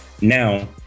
Now